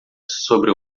sobre